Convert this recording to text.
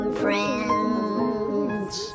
friends